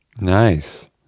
Nice